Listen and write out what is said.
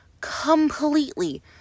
completely